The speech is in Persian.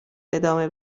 ادامه